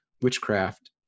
witchcraft